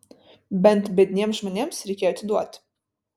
bent biedniems žmonėms reikėjo atiduoti